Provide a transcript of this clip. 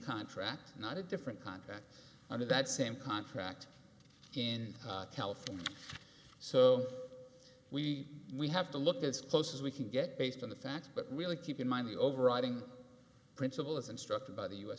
contract not a different contract under that same contract in california so we we have to look as close as we can get based on the facts but really keep in mind the overriding principle as instructed by the u